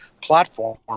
platform